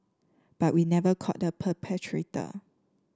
but we never caught the perpetrator